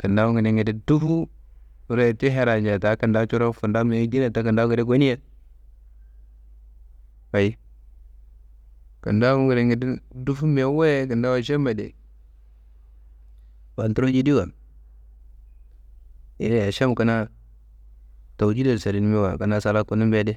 Kintawu ngedegnede dufu, kore ti herra nja ta, kintawu coron kintawu mewu yindinna, ta coron kintawu ngede gone. Ayi kintawu ngedegnede dufu mewu wayi kintawu ašemma adi, faltururo jidiwa. Yeyi ašem kina towuhidaro salinimiwa, kina sala kunumbe adi,